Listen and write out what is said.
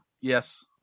yes